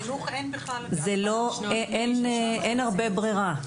אין הרבה ברירה.